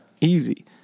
easy